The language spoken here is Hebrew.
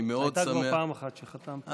אני מאוד שמח, הייתה כבר פעם אחת, כשחתמת.